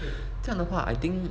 这样的话 I think